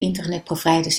internetproviders